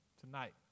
Tonight